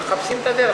מחפשים את הדרך,